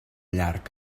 llarg